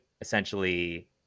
essentially